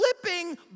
flipping